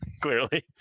Clearly